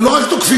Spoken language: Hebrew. ולא רק תוקפים,